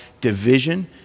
division